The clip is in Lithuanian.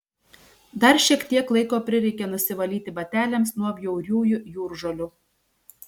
dar šiek tiek laiko prireikė nusivalyti bateliams nuo bjauriųjų jūržolių